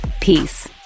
Peace